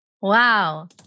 Wow